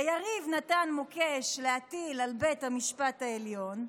ליריב נתן מוקש להטיל על בית המשפט העליון.